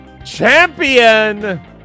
champion